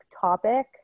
topic